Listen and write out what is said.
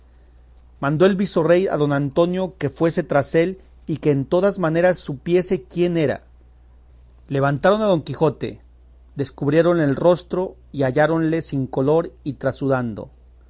mandó el visorrey a don antonio que fuese tras él y que en todas maneras supiese quién era levantaron a don quijote descubriéronle el rostro y halláronle sin color y trasudando